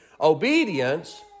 obedience